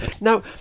now